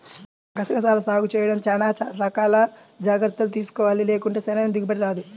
గసగసాల సాగు చేయడంలో చానా రకాల జాగర్తలు తీసుకోవాలి, లేకుంటే సరైన దిగుబడి రాదు